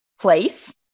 place